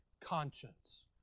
conscience